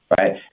right